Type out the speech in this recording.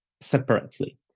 separately